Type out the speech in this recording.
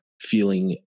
feeling